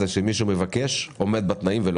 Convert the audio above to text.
האם יש להם את האמצעים הנחוצים במיוחד מחודשי מאי עד דצמבר?